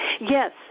yes